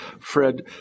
Fred